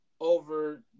over